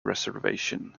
reservation